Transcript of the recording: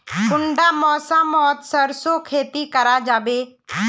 कुंडा मौसम मोत सरसों खेती करा जाबे?